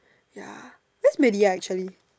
ya where is media actually